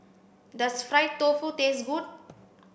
does fried tofu taste good